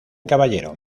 caballero